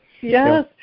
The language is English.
Yes